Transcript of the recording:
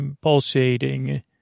pulsating